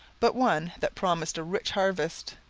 but one that promised a rich harvest.